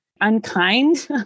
unkind